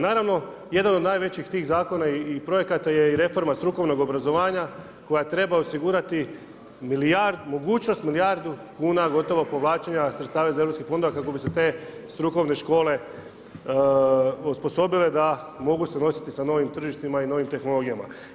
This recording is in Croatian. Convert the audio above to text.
Naravno jedan od najvećih tih zakona i projekata je i reforma strukovnog obrazovanja koja treba osigurati mogućnost milijardu kuna gotovo povlačenja sredstava iz EU fondova kako bi se te strukovne škole osposobile da mogu se nositi sa novim tržištima i novim tehnologijama.